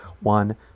one